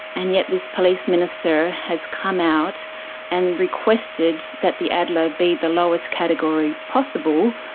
and yet this police minister has come out and requested that the adler be the lowest category possible,